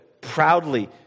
proudly